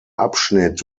abschnitt